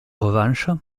revanche